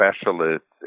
specialists